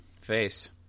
face